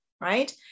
right